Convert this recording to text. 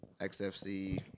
XFC